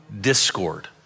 discord